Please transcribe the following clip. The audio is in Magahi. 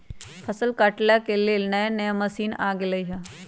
फसल काटे के लेल नया नया मशीन आ गेलई ह